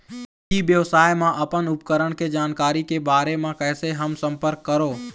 ई व्यवसाय मा अपन उपकरण के जानकारी के बारे मा कैसे हम संपर्क करवो?